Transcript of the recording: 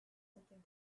something